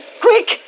Quick